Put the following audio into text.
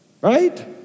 right